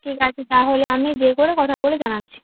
ঠিক আছে তাহলে আমি যেয়ে করে কথা বলে জানাচ্ছি